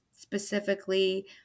specifically